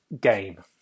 game